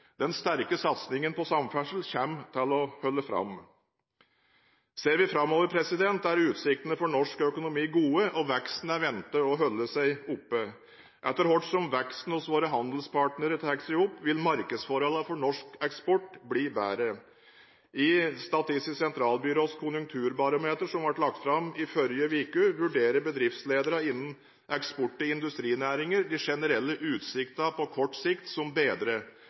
Den sterke satsingen på samferdsel kommer til å holde fram. Ser vi framover, er utsiktene for norsk økonomi gode, og veksten er ventet å holde seg oppe. Etter hvert som veksten hos våre handelspartnere tar seg opp, vil markedsforholdene for norsk eksport bli bedre. I Statistisk sentralbyrås konjunkturbarometer, som ble lagt fram i forrige uke, vurderer bedriftsledere innen eksportrettede industrinæringer de generelle utsiktene på kort sikt som